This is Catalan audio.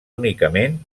únicament